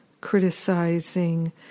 criticizing